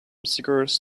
cigars